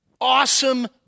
awesome